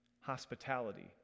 Hospitality